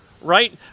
right